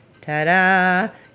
ta-da